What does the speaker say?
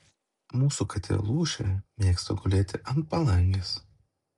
mūsų katė lūšė mėgsta gulėti ant palangės